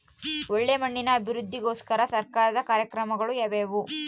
ಒಳ್ಳೆ ಮಣ್ಣಿನ ಅಭಿವೃದ್ಧಿಗೋಸ್ಕರ ಸರ್ಕಾರದ ಕಾರ್ಯಕ್ರಮಗಳು ಯಾವುವು?